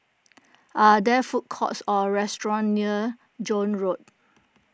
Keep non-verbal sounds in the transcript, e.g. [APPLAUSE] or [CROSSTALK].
[NOISE] are there food courts or restaurants near Joan Road